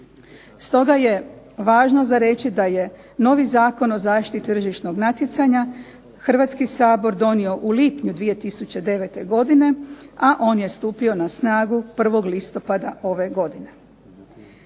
Stoga je važno za reći da je novi Zakon o zaštiti tržišnog natjecanja Hrvatski sabor donio u lipnju 2009. godine, a on je stupio na snagu 1. listopada ove godine.